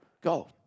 Go